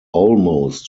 almost